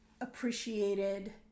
appreciated